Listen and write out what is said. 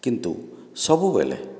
କିନ୍ତୁ ସବୁବେଲେ